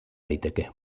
daiteke